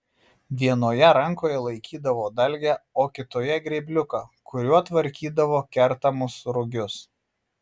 vienoje rankoje laikydavo dalgę o kitoje grėbliuką kuriuo tvarkydavo kertamus rugius